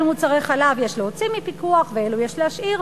מוצרי חלב יש להוציא מפיקוח ואילו יש להשאיר.